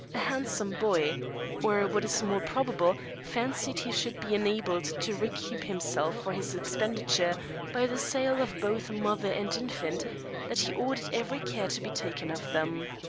a handsome boy or, what is more probable, fancied he should be enabled to recoup himself for his expenditure by the sale of both mother and infant that he ordered every care to be taken of them.